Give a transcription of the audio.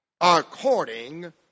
according